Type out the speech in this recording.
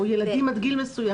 או ילדים עד גיל מסוים?